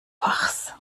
fachs